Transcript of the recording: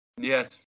Yes